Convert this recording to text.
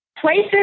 places